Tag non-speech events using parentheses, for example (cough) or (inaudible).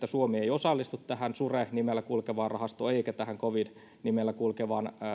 (unintelligible) suomi ei osallistu tähän sure nimellä kulkevaan rahastoon eikä tähän covid nimellä kulkevaan